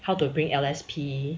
how to bring L_S_P